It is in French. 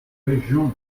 région